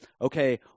okay